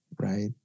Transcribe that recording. right